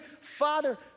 father